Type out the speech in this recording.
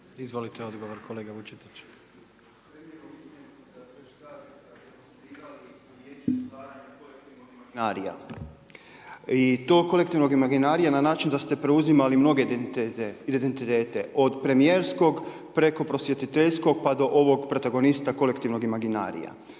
Izvolite odgovor kolega Vučetić. **Vučetić, Marko (Nezavisni)** …/Govornik naknadno uključen./… i to kolektivnog imaginarija na način da ste preuzimali mnoge identitete od premijerskog preko prosvjetiteljskog, pa do ovog protagonista kolektivnog imaginarija.